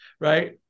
right